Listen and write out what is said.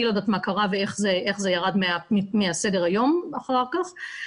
אני לא יודעת מה קרה ואיך זה ירד מסדר היום אחר כך.